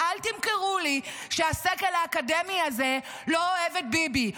ואל תמכרו לי שהסגל האקדמי הזה לא אוהב את ביבי.